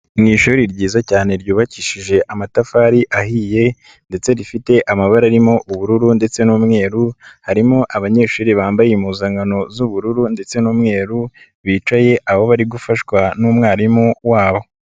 Mu ishuri ryiza cyane ryubakishije amatafari ahiye ndetse rifite amabara arimo ubururu ndetse n'umweru harimo abanyeshuri bambaye impuzankano z'ubururu ndetse n'umweru bicaye aho bari gufashwa n'umwarimu wabo.